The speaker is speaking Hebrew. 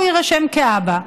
והוא יירשם כאבא.